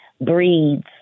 breeds